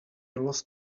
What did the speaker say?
lost